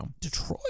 Detroit